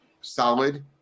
solid